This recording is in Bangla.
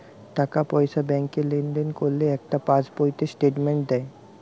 টাকা পয়সা ব্যাংকে লেনদেন করলে একটা পাশ বইতে স্টেটমেন্ট দেয়